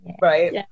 Right